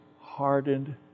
hardened